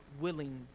willing